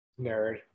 nerd